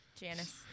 Janice